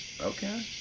okay